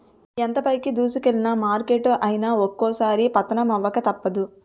ఎంత పైకి దూసుకెల్లిన మార్కెట్ అయినా ఒక్కోసారి పతనమవక తప్పదు